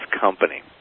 company